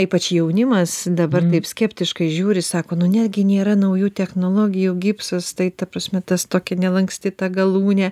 ypač jaunimas dabar taip skeptiškai žiūri sako nu negi nėra naujų technologijų gipsas tai ta prasme tas tokia nelanksti ta galūnė